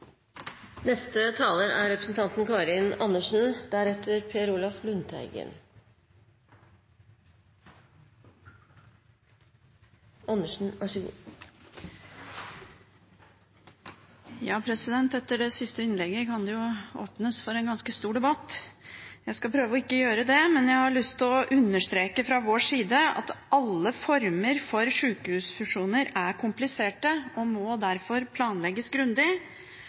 Etter det siste innlegget kan det åpnes for en ganske stor debatt. Jeg skal prøve ikke å gjøre det, men jeg har lyst til – fra vår side – å understreke at alle former for sykehusfusjoner er kompliserte og derfor må planlegges grundig.